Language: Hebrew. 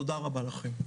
תודה רבה לכם.